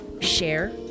share